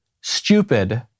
stupid